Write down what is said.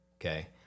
Okay